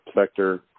sector